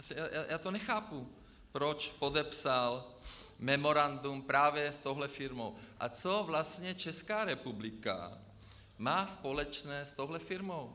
Já to nechápu, proč podepsal memorandum právě s touhle firmou a co vlastně Česká republika má společné s touhle firmou.